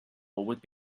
would